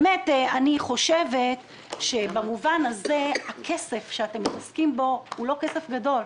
אני חושבת שבמובן הזה הכסף שאתם מתעסקים בו הוא לא כסף גדול.